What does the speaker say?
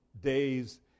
days